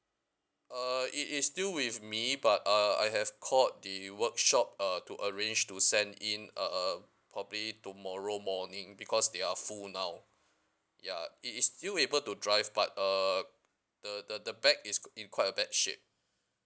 uh it is still with me but uh I have called the workshop uh to arrange to send in uh uh probably tomorrow morning because they are full now ya it is still able to drive but uh the the the back is q~ in quite a bad shape